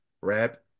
rap